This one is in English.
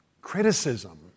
criticism